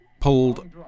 pulled